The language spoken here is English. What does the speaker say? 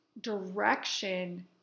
direction